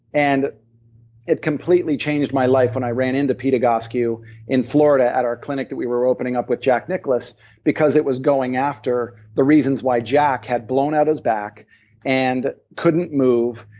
and it completely changed my life when i ran into pete egoscue in florida at our clinic that we were opening up with jack nicklaus because it was going after the reasons why jack had blown out his back and couldn't move,